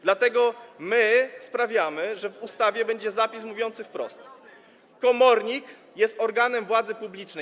Dlatego my sprawiamy, że w ustawie będzie zapis mówiący wprost: komornik jest organem władzy publicznej.